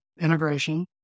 integration